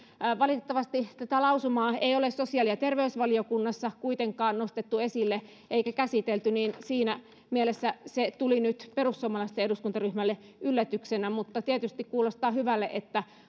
valitettavasti tätä lausumaa ei ole sosiaali ja terveysvaliokunnassa kuitenkaan nostettu esille eikä käsitelty niin siinä mielessä se tuli nyt perussuomalaisten eduskuntaryhmälle yllätyksenä mutta tietysti kuulostaa hyvälle että